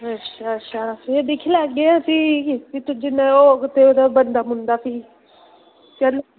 अच्छा अच्छा भी दिक्खी लैगै भी जिन्ने दा होग ते ओह्दा बनदा बुनदा भी चल